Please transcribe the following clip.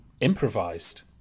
improvised